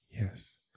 Yes